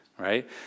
right